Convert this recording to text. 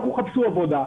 לכו חפשו עבודה,